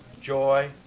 joy